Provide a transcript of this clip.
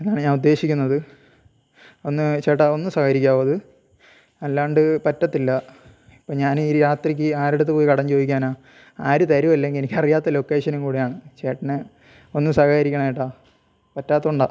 അതാണ് ഞാൻ ഉദ്ദേശിക്കുന്നത് ഒന്ന് ചേട്ടാ ഒന്ന് സഹകരിക്കാമോ അത് അല്ലാണ്ട് പറ്റില്ല ഇപ്പോൾ ഞാൻ ഈ രാത്രിക്ക് ആരുടെ അടുത്തു പോയി കടം ചോദിക്കാനാണ് ആര് തരും അല്ലെങ്കിൽ എനിക്ക് എനിക്ക് അറിയാത്ത ലൊക്കേഷനും കൂടെയാണ് ചേട്ടന് ഒന്ന് സഹകരിക്കണം ഏട്ടാ പറ്റാത്തതുകൊണ്ടാണ്